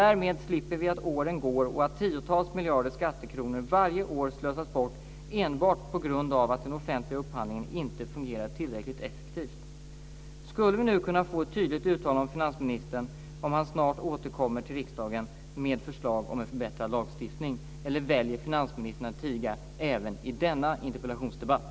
Därmed slipper vi att åren går och att tiotals miljarder skattekronor varje år slösas bort enbart på grund av att den offentliga upphandlingen inte fungerar tillräckligt effektivt. Skulle vi nu kunna få ett tydligt uttalande från finansministern om att han snart återkommer till riksdagen med ett förslag om en förbättrad lagstiftning, eller väljer finansministern att tiga även i denna interpellationsdebatt?